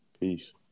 Peace